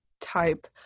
type